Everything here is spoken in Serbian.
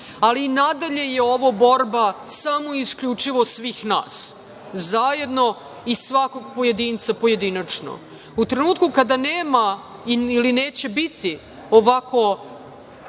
ali nadalje je ovo borba samo i isključivo svih nas, zajedno i svakog pojedinca pojedinačno.U trenutku kada nema ili neće biti ovako